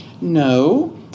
No